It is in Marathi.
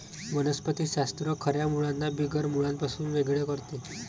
वनस्पति शास्त्र खऱ्या मुळांना बिगर मुळांपासून वेगळे करते